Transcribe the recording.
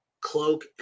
cloak